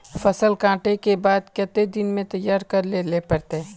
फसल कांटे के बाद कते दिन में तैयारी कर लेले पड़ते?